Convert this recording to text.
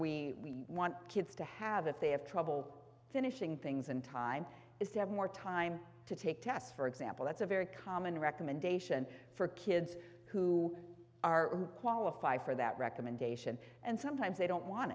we want kids to have if they have trouble finishing things and time is to have more time to take tests for example that's a very common recommendation for kids who are qualified for that recommendation and sometimes they don't want